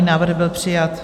Návrh byl přijat.